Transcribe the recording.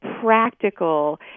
practical